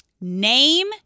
Name